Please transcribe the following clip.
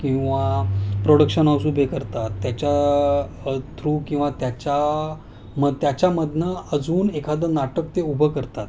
किंवा प्रोडक्शन उबे करतात त्याच्या थ्रू किंवा त्याच्या म त्याच्यामदनं अजून एखादं नाटक ते उभं करतात